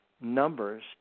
numbers